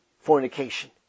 fornication